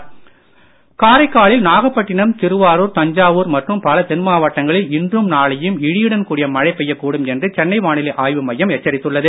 வானிலை காரைக்கால் நாகப்பட்டினம் திருவாரூர் தஞ்சாவூர் மற்றும் பல தென்மாவட்டங்களில் இன்றும் நாளையும் இடியுடன் கூடிய மழை பெய்யக்கூடும் என்று சென்னை வானிலை ஆய்வு மையம் எச்சரித்துள்ளது